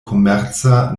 komerca